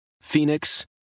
Phoenix